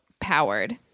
powered